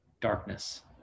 darkness